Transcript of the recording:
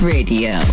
Radio